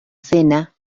cena